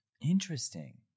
Interesting